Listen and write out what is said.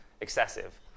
excessive